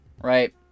right